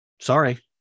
Sorry